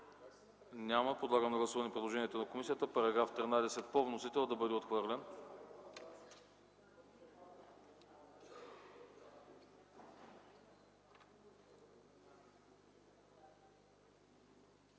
Няма. Подлагам на гласуване предложението на комисията § 8 по доклада да бъде отхвърлен.